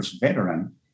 veteran